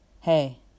Hey